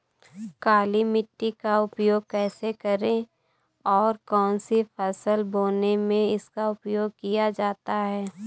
काली मिट्टी का उपयोग कैसे करें और कौन सी फसल बोने में इसका उपयोग किया जाता है?